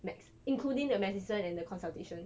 max including the medicine and the consultation